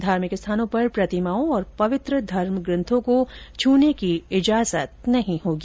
धार्मिक स्थानों पर प्रतिमाओं और पवित्र धर्म ग्रंथों को छूने की इजाजत नहीं होगी